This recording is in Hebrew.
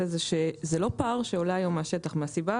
היא שזה לא פער שעולה היום מהשטח מהסיבה,